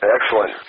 Excellent